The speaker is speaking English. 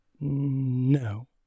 No